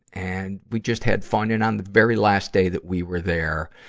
and we just had fun. and on the very last day that we were there,